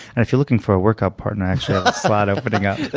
and if you're looking for a workout partner, i actually have a slot opening up.